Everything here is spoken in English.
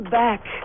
back